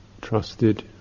trusted